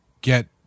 get